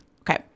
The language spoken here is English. Okay